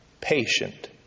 patient